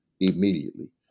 immediately